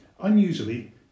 Unusually